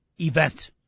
event